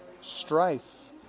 strife